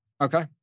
Okay